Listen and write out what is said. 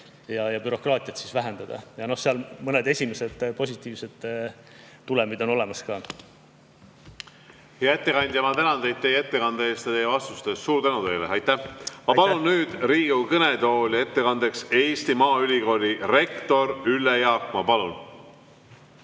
ja bürokraatiat vähendada. Ja mõned esimesed positiivsed tulemid on olemas ka. Hea ettekandja, ma tänan teid teie ettekande eest ja teie vastuste eest. Suur tänu teile! Ma palun nüüd Riigikogu kõnetooli ettekandjaks Eesti Maaülikooli rektori Ülle Jaakma. Palun!